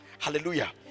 Hallelujah